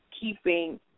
keeping